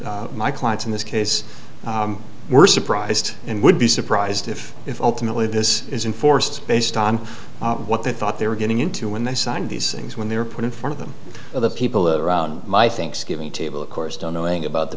that my clients in this case were surprised and would be surprised if if ultimately this isn't forced based on what they thought they were getting into when they signed these things when they were put in front of them or the people around my thanksgiving table of course don't milling about